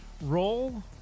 Roll